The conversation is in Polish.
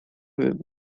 wiem